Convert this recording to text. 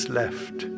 left